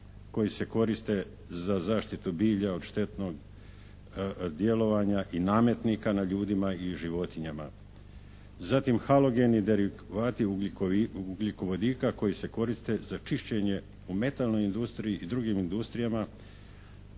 koji se koriste za zaštitu bilja od štetnog djelovanja i nametnika na ljudima i životinjama. Zatim halogeni derivati ugljikovodika koji se koriste za čišćenje u metalnoj industriji i drugim industrijama